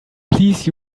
please